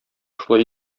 шулай